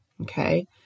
okay